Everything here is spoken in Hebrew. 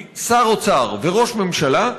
שר האוצר וראש הממשלה,